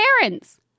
parents